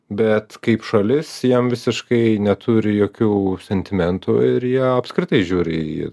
bet kaip šalis jiem visiškai neturi jokių sentimentų ir jie apskritai žiūri į